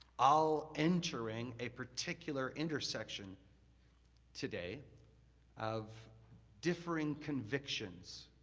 all entering a particular intersection today of differing convictions.